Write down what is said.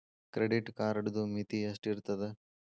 Credit ಕಾರ್ಡದು ಮಿತಿ ಎಷ್ಟ ಇರ್ತದ?